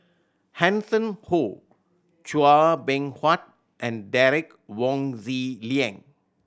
Hanson Ho Chua Beng Huat and Derek Wong Zi Liang